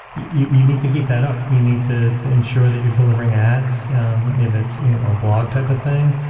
you you need to keep that up. you need to to ensure that you're delivering ads um if it's a ah blog type of thing.